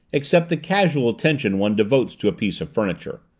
except the casual attention one devotes to a piece of furniture.